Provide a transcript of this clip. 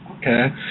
Okay